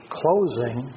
closing